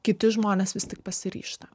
kiti žmonės vis tik pasiryžta